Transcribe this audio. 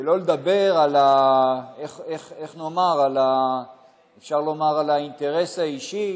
שלא לדבר על, איך נאמר, על האינטרס האישי